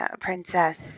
Princess